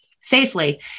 safely